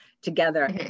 together